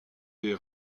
des